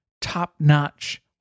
top-notch